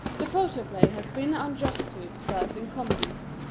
the photoplay has been unjust to itself in comedies.